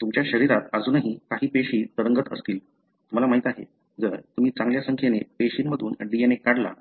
तुमच्या शरीरात अजूनही काही पेशी तरंगत असतील तुम्हाला माहिती आहे जर तुम्ही चांगल्या संख्येने पेशींमधून DNA काढला